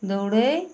দৌড়ে